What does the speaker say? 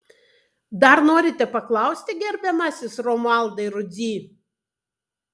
dar norite paklausti gerbiamasis romualdai rudzy